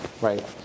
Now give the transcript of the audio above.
right